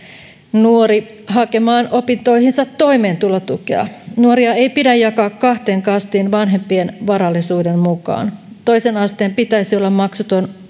nuori hakemaan opintoihinsa toimeentulotukea nuoria ei pidä jakaa kahteen kastiin vanhempien varallisuuden mukaan toisen asteen pitäisi olla maksuton